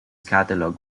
catalog